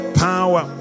power